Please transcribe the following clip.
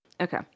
Okay